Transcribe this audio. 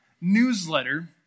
newsletter